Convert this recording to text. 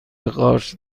قارچ